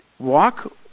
Walk